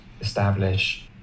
establish